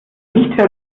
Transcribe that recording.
nicht